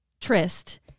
tryst